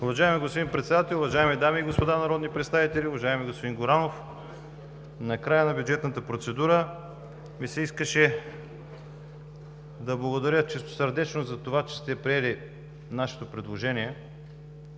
Уважаеми господин Председател, уважаеми дами и господа народни представители, уважаеми господин Горанов! На края на бюджетната процедура ми се искаше да благодаря чистосърдечно за това, че сте приели нашето предложение